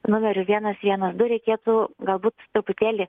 numeriu vienas vienas du reikėtų galbūt truputėlį